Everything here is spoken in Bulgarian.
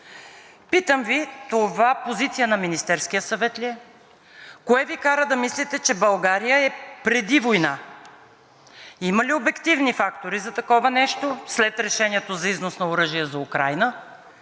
Питам Ви: това ли е позицията на Министерския съвет? Кое Ви кара да мислите, че България е „преди война“? Има ли обективни фактори за такова нещо след решението за износ на оръжие за Украйна,